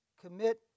Commit